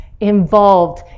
involved